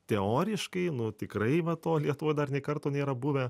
teoriškai nu tikrai va to lietuvoj dar nė karto nėra buvę